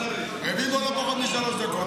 רביבו, לא פחות משלוש דקות.